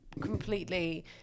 completely